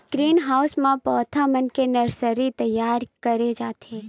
green house म पउधा मन के नरसरी तइयार करे जाथे